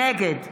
נגד